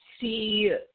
see